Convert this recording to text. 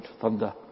thunder